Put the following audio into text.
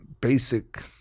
basic